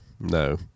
No